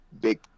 big